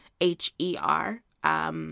H-E-R